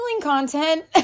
content